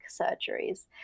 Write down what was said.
surgeries